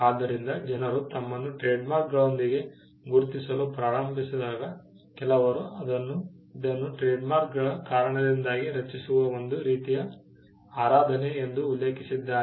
ಆದ್ದರಿಂದ ಜನರು ತಮ್ಮನ್ನು ಟ್ರೇಡ್ಮಾರ್ಕ್ಗಳೊಂದಿಗೆ ಗುರುತಿಸಲು ಪ್ರಾರಂಭಿಸಿದಾಗ ಕೆಲವರು ಇದನ್ನು ಟ್ರೇಡ್ಮಾರ್ಕ್ಗಳ ಕಾರಣದಿಂದಾಗಿ ರಚಿಸುವ ಒಂದು ರೀತಿಯ ಆರಾಧನೆ ಎಂದು ಉಲ್ಲೇಖಿಸಿದ್ದಾರೆ